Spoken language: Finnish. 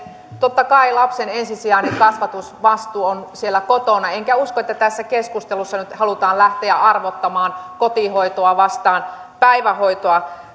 totta kai lapsen ensisijainen kasvatusvastuu on siellä kotona enkä usko että tässä keskustelussa nyt halutaan lähteä arvottamaan kotihoitoa päivähoitoa